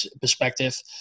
perspective